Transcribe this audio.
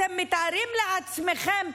תתארו לעצמכם,